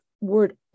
word